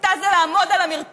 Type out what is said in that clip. הסתה זה לעמוד על המרפסת